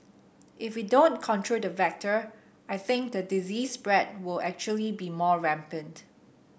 if we don't control the vector I think the disease spread will actually be more rampant